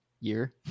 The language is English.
year